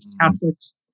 Catholics